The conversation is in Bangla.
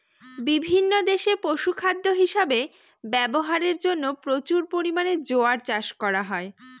বিভিন্ন দেশে পশুখাদ্য হিসাবে ব্যবহারের জন্য প্রচুর পরিমাণে জোয়ার চাষ করা হয়